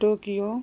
Tokyo